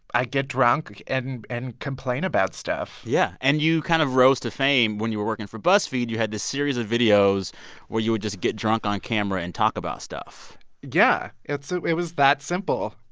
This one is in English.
i get drunk and and complain about stuff yeah. and you kind of rose to fame when you were working for buzzfeed. you had this series of videos where you would just get drunk on camera and talk about stuff yeah. it so it was that simple.